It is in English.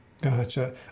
Gotcha